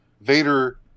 Vader